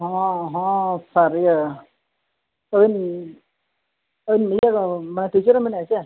ᱦᱚᱸ ᱦᱚᱸ ᱥᱟᱨ ᱤᱭᱟᱹ ᱟᱹᱱ ᱟᱹᱱ ᱤᱭᱟᱹ ᱫᱚ ᱢᱟᱱᱮ ᱴᱤᱪᱟᱨᱮᱢ ᱢᱮᱱᱮᱜᱼᱟ ᱪᱮ